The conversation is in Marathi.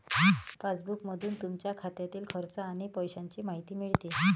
पासबुकमधून तुमच्या खात्यातील खर्च आणि पैशांची माहिती मिळते